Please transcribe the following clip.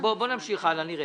נמשיך הלאה ונראה.